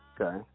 Okay